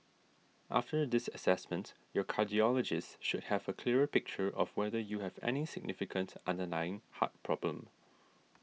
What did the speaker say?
after this assessment your cardiologist should have a clearer picture of whether you have any significant underlying heart problem